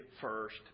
first